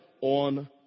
on